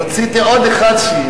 רציתי שיהיה עוד אחד.